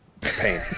pain